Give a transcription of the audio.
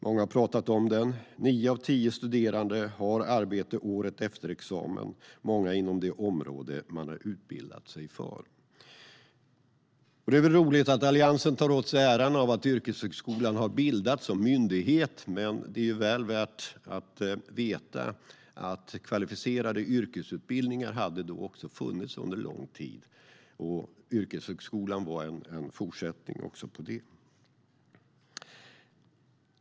Många har talat om den. Nio av tio studerande har arbete året efter examen, många inom det område de har utbildat sig för. Det är väl roligt att Alliansen tar åt sig äran för att yrkeshögskolan har bildats som myndighet. Men det är värt att veta att kvalificerade yrkesutbildningar har funnits under lång tid och att yrkeshögskolan är en fortsättning på det.